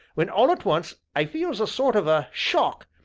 when all at once i feels a sort of a shock,